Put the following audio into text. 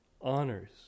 honors